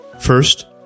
First